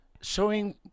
showing